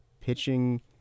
pitching